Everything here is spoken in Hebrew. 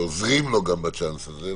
וגם עוזרים לו בצ'אנס הזה,